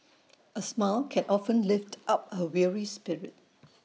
A smile can often lift up A weary spirit